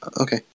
Okay